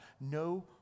no